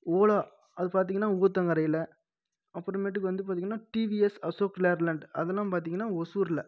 ஓலா அது பார்த்தீங்கன்னா ஊத்தங்கரையில் அப்புறமேட்டுக்கு வந்து பார்த்தீங்கன்னா டிவிஎஸ் அசோக் லேர்லேண்ட் அதலாம் பார்த்தீங்கன்னா ஓசூரில்